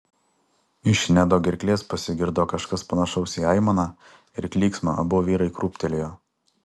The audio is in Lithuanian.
iš nedo gerklės pasigirdo kažkas panašaus į aimaną ir klyksmą abu vyrai krūptelėjo